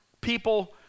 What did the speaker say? people